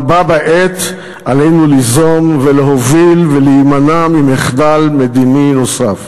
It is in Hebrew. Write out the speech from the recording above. אבל בה בעת עלינו ליזום ולהוביל ולהימנע ממחדל מדיני נוסף.